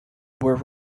were